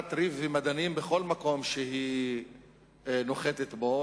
שזורעת ריב ומדנים בכל מקום שהיא נוחתת בו,